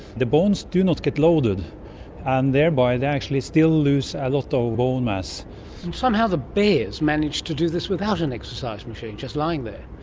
the bones do not get loaded and thereby they actually still lose a lot ah of bone mass. and somehow the bears manage to do this without an exercise machine, just lying there.